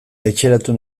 etxeratu